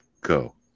go